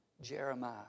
Jeremiah